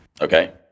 Okay